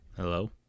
Hello